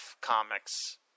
comics